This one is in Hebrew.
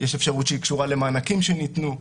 יש אפשרות שהיא קשורה למענקים שניתנו,